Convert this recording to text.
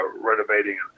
renovating